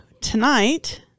tonight